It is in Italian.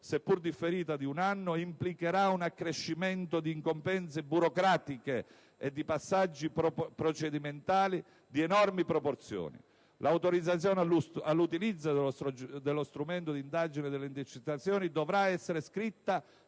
seppur differito di un anno, implicherà un accrescimento di incombenze burocratiche e di passaggi procedimentali di enormi proporzioni. L'autorizzazione all'utilizzo dello strumento di indagine delle intercettazioni dovrà essere scritta